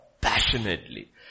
passionately